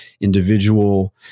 individual